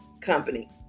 company